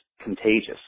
contagious